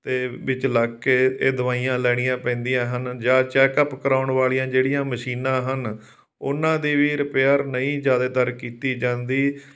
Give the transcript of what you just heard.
ਅਤੇ ਵਿੱਚ ਲੱਗ ਕੇ ਇਹ ਦਵਾਈਆਂ ਲੈਣੀਆਂ ਪੈਂਦੀਆਂ ਹਨ ਜਾਂ ਚੈਕਅਪ ਕਰਾਉਣ ਵਾਲੀਆਂ ਜਿਹੜੀਆਂ ਮਸ਼ੀਨਾਂ ਹਨ ਉਹਨਾਂ ਦੀ ਵੀ ਰਿਪੇਅਰ ਨਹੀਂ ਜ਼ਿਆਦਾਤਰ ਕੀਤੀ ਜਾਂਦੀ